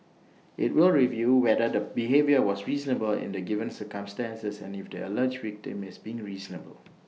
IT will review whether the behaviour was reasonable in the given circumstances and if the alleged victim is being reasonable